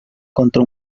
contra